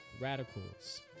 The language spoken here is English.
radicals